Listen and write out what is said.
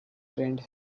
trend